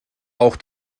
auch